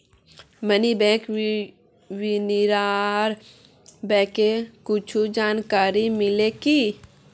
मोक बैंक विनियमनेर बारे कुछु जानकारी मिल्बे की